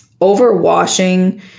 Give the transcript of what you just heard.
overwashing